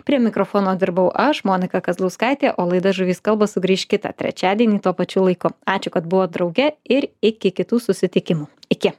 prie mikrofono dirbau aš monika kazlauskaitė o laida žuvys kalba sugrįš kitą trečiadienį tuo pačiu laiku ačiū kad buvot drauge ir iki kitų susitikimų iki